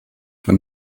for